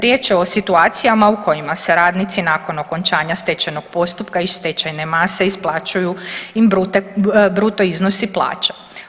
Riječ je o situacijama u kojima se radnici nakon okončanja stečajnog postupka iz stečajne mase isplaćuju im bruto iznosi plaća.